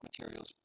materials